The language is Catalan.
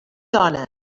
dona